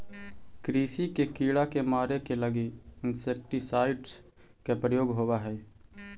कृषि के कीड़ा के मारे के लगी इंसेक्टिसाइट्स् के प्रयोग होवऽ हई